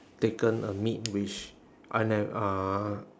taken a meat which I ne~ uh